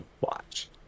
watch